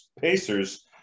Pacers